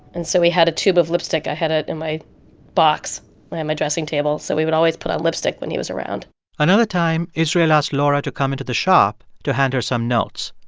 and so we had a tube of lipstick. i had it in my box on my dressing table. so we would always put on lipstick when he was around another time, israel asked laura to come into the shop to hand her some notes.